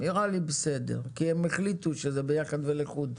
נראה לי בסדר כי הם החליטו שזה ביחד ולחוד,